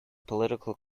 political